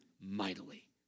mightily